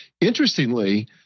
interestingly